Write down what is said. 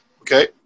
Okay